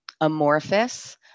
amorphous